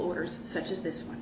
orders such as this one